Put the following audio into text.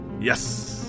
Yes